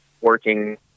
working